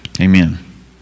Amen